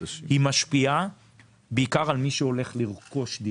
היא משפיעה בעיקר על מי שהולך לרכוש דירה.